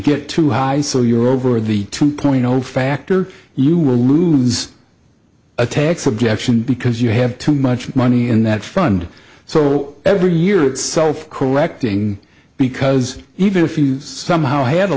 get too high so you're over the two point zero factor you will lose a tax objection because you have too much money in that fund so every year it's self correcting because even if you somehow had a